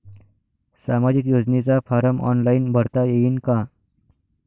सामाजिक योजनेचा form online भरता येईन का?